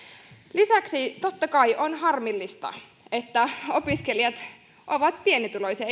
lisäksi totta kai on harmillista että opiskelijat ovat pienituloisia